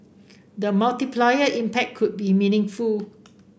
the multiplier impact could be meaningful